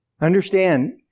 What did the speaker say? Understand